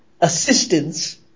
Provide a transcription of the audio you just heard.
assistance